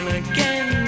again